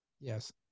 Yes